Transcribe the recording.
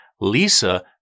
Lisa